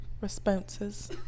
Responses